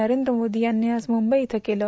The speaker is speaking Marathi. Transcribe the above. नरेंद्र मोदी यांनी आज मुंबई इयं केलं